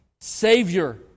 Savior